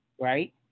right